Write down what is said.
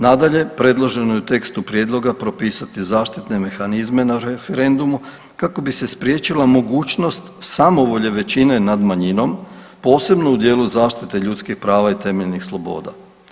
Nadalje, predloženo je u tekstu Prijedloga propisati zaštitne mehanizme na referendumu kako bi se spriječila mogućnost samovolje većine nad manjinom, posebno u dijelu zaštite ljudskih prava i temeljnih sloboda.